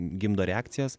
gimdo reakcijas